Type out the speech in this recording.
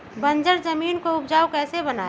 बंजर जमीन को उपजाऊ कैसे बनाय?